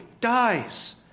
dies